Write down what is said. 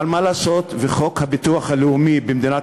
אבל מה לעשות וחוק הביטוח הלאומי במדינת